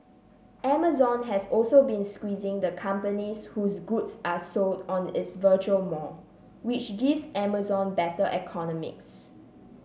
amazon has also been squeezing the companies whose goods are sold on its virtual mall which gives Amazon better economics